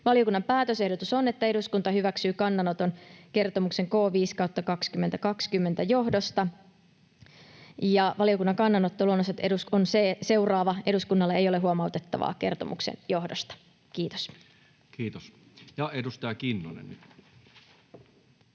Valiokunnan päätösehdotus on, että eduskunta hyväksyy kannanoton kertomuksen K 5/2020 johdosta, ja valiokunnan kannanotto on seuraava: ”Eduskunnalla ei ole huomautettavaa kertomuksen johdosta.” — Kiitos. Kiitos. — Ja edustaja Kinnunen.